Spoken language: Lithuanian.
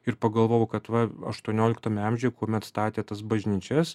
ir pagalvoju kad va aštuonioliktame amžiuje kuomet statė tas bažnyčias